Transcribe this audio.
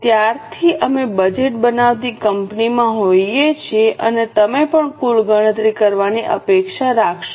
ત્યારથી અમે બજેટ બનાવતી કંપનીમાં હોઈએ છીએ અને તમે પણ કુલની ગણતરી કરવાની અપેક્ષા રાખશો